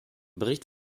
bericht